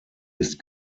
ist